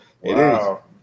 wow